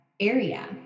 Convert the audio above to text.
area